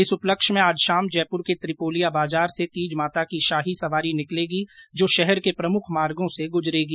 इस उपलक्ष्य में आज शाम जयपुर के त्रिपोलिया बाजार से तीजमाता की शाही सवारी निकलेगी जो शहर के प्रमुख मार्गो से गुजरेगी